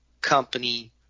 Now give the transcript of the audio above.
company